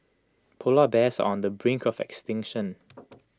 Polar Bears are on the brink of extinction